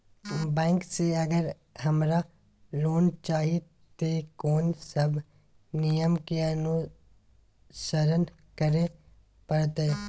Bank से अगर हमरा लोन चाही ते कोन सब नियम के अनुसरण करे परतै?